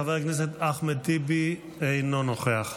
חבר הכנסת אחמד טיבי, אינו נוכח,